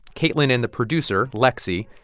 kaitlyn and the producer, lexi,